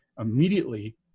Immediately